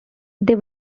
they